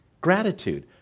gratitude